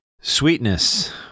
Sweetness